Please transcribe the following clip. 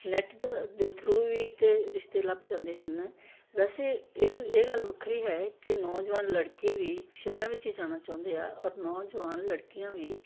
net ਦੇ through ਵੀ ਤਾਂ ਰਿਸ਼ਤੇ ਲੱਭ ਜਾਂਦੇ ਹਨ ਵੈਸੇ ਇੱਕ ਇਹ ਗੱਲ ਵੱਖਰੀ ਹੈ ਕਿ ਨੌਜਵਾਨ ਲੜਕੇ ਵੀ ਸ਼ਹਿਰਾਂ ਵਿੱਚ ਹੀ ਜਾਣਾ ਚਾਹੁੰਦੇ ਆ ਔਰ ਨੌਜਵਾਨ ਲੜਕੀਆਂ ਵੀ